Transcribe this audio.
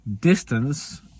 distance